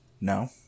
No